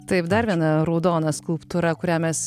taip dar viena raudona skulptūra kurią mes